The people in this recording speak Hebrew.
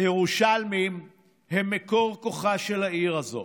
הירושלמים הם מקור כוחה של העיר הזאת.